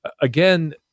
again